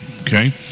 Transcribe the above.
okay